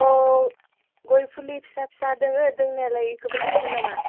अ गय फुलि फिसा फिसा दङ दंनायालाय बेखौबो नांगौमोन नामा